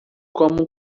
como